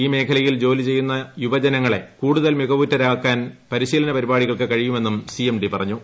ഈ മേഖലയിൽ ജോലി ചെയ്യുന്ന യുവജനങ്ങളെ കൂടുതൽ മികവുറ്റവരാക്കാൻ പരിശീലന പരിപാടികൾക്ക് കഴിയുമെന്നും സി എം ഡി പറഞ്ഞു